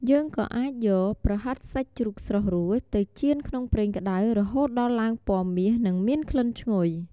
យើងក៏អាចយក ប្រហិតសាច់ជ្រូកស្រុះរួច ក៏អាចយកទៅចៀនក្នុងប្រេងក្តៅរហូតដល់ឡើងពណ៌មាស និងមានក្លិនឈ្ងុយ។